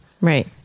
Right